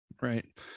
right